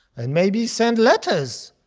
and maybe send letters.